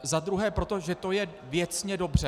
Za druhé proto, že to je věcně dobře.